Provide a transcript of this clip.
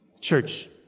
Church